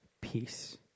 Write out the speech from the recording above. peace